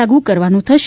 લાગુ કરવાનું થશે